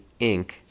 Inc